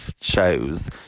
shows